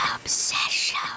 Obsession